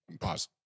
Pause